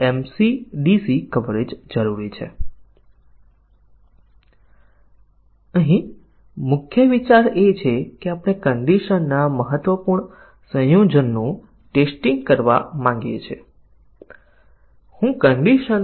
હવે શાખા કવરેજ માટે જો આ પરિમાણોમાંથી કોઈ એક સાચું છે માનો કે digit high સાચો છે અને digit low ને ખરા અને ખોટા પર સેટ કરી શકીએ તો શાખા કવરેજ પ્રાપ્ત થશે